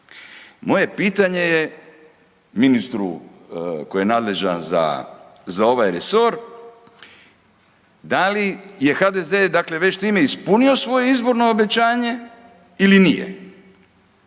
moje pitanje je ministru koji je nadležan za ovaj resor da li je HDZ dakle već time ispunio svoje izborno obećanje ili nije?